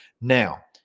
Now